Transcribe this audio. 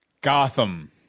Gotham